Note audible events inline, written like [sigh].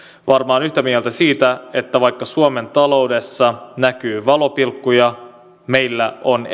varmaan yhtä mieltä siitä että vaikka suomen taloudessa näkyy valopilkkuja meillä on [unintelligible]